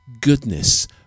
goodness